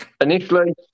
initially